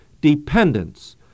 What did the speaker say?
Dependence